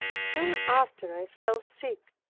soon after i fell sick.